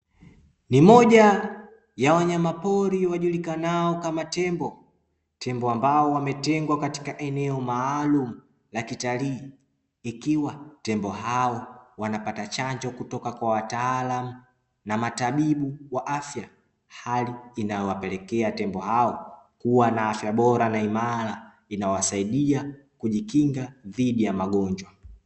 Ni moja ya wanyama pori wajulikanao kama tembo; tembo ambao wametengwa katika eneo maalumu la kitalii, ikiwa tembo hao wanapata chanjo kutoka kwa wataalamu na matabibu wa afya hali inayo wapelekea tembo hao kuwa na afya bora na imara inayowasaidia kujikinga dhidi ya magonjwa.